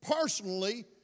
personally